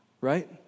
right